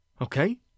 Okay